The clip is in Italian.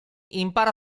impara